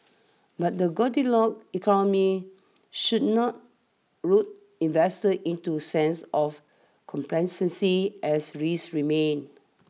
but the Goldilocks economy should not lull investors into sense of complacency as risks remain